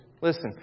Listen